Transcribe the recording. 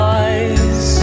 eyes